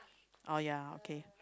oh ya okay